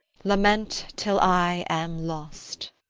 lament till i am lost.